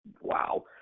wow